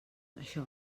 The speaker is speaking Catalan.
això